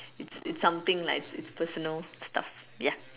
it's it's something lah it's personal stuff ya